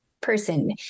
person